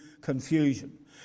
confusion